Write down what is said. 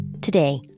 Today